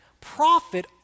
profit